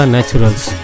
Naturals